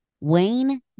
Wayne